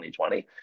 2020